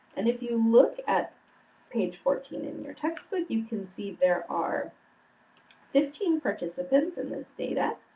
and if you look at page fourteen in your textbook, you can see there are fifteen participants in this data.